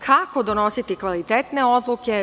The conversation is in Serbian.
Kako donositi kvalitetne odluke?